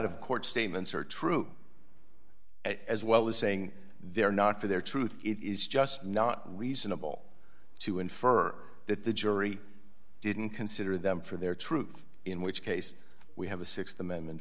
of court statements are true as well as saying they're not for their truth it is just not reasonable to infer that the jury didn't consider them for their truth in which case we have a th amendment